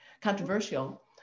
controversial